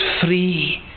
free